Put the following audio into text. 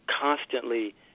constantly